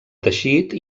teixit